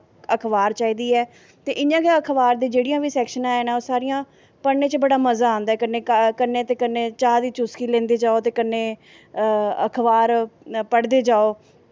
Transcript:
अखबार चाहिदी ऐ ते इ'यां गै अखबार दियां जेह्ड़ियां बी सैक्शनां न पढनें च बड़ा मज़ां आंदा कन्नै ते कन्नै चाह् दी चुसकी लैंदे जाओ ते कन्नै अखबार पढ़दे जाओ